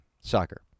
soccer